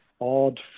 odd